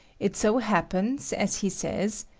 it so happens, as he says,